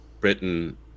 Britain